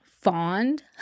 fond